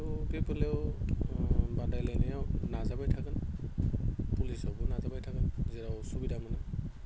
थ' बे बेलायाव बादायलायनायाव नाजाबाय थागोन पुलिसावबो नाजाबाय थागोन जेराव सुबिदा मोनो